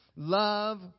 Love